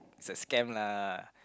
is a scam lah